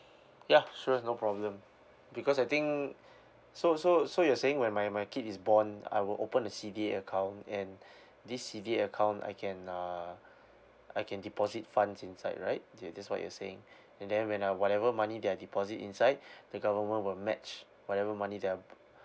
yeah sure no problem because I think so so so you're saying when my my kid is born I will open a C_D_A account and this C_D_A account I can uh I can deposit funds inside right that that's what you're saying and then when uh whatever money that are deposit inside the government will match whatever money that are